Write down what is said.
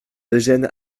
eugène